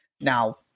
Now